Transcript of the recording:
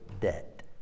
debt